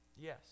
Yes